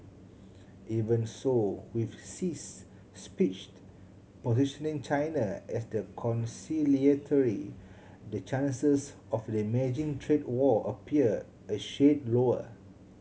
even so with Xi's speech positioning China as the conciliatory the chances of damaging trade war appear a shade lower